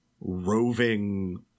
roving